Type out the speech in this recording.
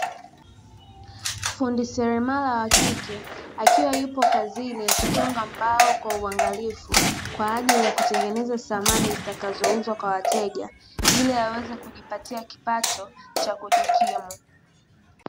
Fundi seremala wa kike akiwa yupo kazini akichonga mbao. kwa uangalifu kwa ajili ya kutengeneza samani zitakazouzwa, kwa wateja ili aweze kujipatia kipato cha kujikimu.